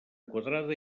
quadrada